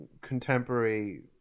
contemporary